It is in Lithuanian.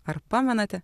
ar pamenate